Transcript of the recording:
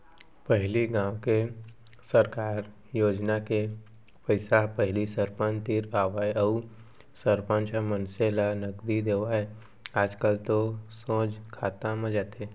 पहिली गाँव में सरकार योजना के पइसा ह पहिली सरपंच तीर आवय अउ सरपंच ह मनसे ल नगदी देवय आजकल तो सोझ खाता म जाथे